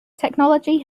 technology